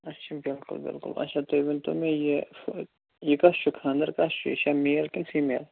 اچھا بِلکُل بِلکُل اچھا تُہۍ ؤنۍتَو مےٚ یہِ یہِ کَس چھُ خانٛدر کَس چھُ یہِ چھا میٖل کیٚنٛہہ فیٖمیل